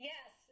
Yes